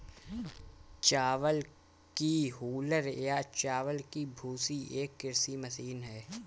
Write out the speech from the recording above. चावल की हूलर या चावल की भूसी एक कृषि मशीन है